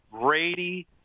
Brady